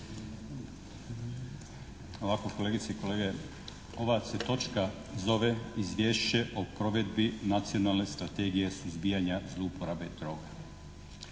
Ovako, kolegice i kolege. Ova se točka zove Izvješće o provedbi Nacionalne strategije suzbijanja zlouporabe droga.